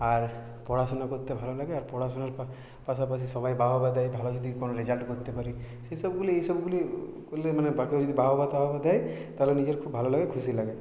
আর পড়াশোনা করতে ভালো লাগে আর পড়াশোনার পাশাপাশি সবাই বাহবা দেয় ভালো যদি কোনো রেজাল্ট করতে পারি সেসবগুলি এসবগুলি করলে মানে যদি বাহবা তাহবা দেয় তাহলে নিজের খুব ভালো লাগে খুশি লাগে